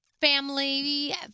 family